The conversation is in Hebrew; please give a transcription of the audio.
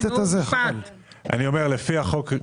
לפי החוק,